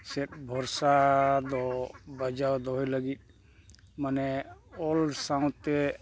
ᱥᱮᱫ ᱵᱷᱚᱨᱥᱟ ᱫᱚ ᱵᱟᱡᱟᱣ ᱫᱚᱦᱚᱭ ᱞᱟᱹᱜᱤᱫ ᱢᱟᱱᱮ ᱚᱞ ᱥᱟᱶᱛᱮ